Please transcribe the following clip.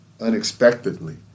unexpectedly